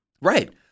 Right